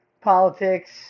politics